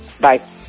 Bye